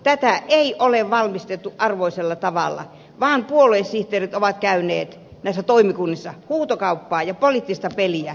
tätä ei ole valmistettu arvoisella tavalla vaan puoluesihteerit ovat käyneet näissä toimikunnissa huutokauppaa ja poliittista peliä